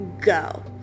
go